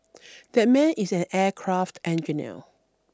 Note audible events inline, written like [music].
[noise] that man is an aircraft engineer